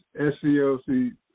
SCLC